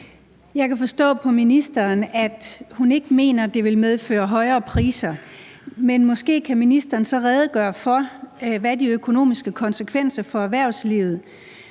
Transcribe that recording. Jeg kan forstå på ministeren, at hun ikke mener, at det vil medføre højere priser, men måske kan ministeren så redegøre for, hvad de økonomiske konsekvenser for erhvervslivet på